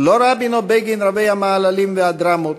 לא רבין או בגין רבי המעללים והדרמות,